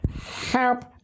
help